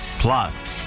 plus.